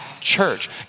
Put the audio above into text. church